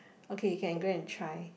okay can go and try